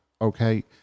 okay